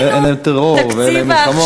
אין להם טרור ואין להם מלחמות,